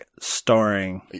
starring